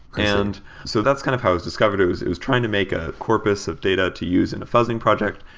and so that's kind of how it's discovered. it was it was trying to make a corpus of data to use in a fuzzing project,